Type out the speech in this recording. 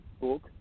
book